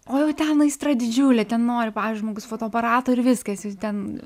o jau ten aistra didžiulė ten nori žmogus fotoaparato ir viskas jis ten